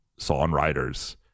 songwriters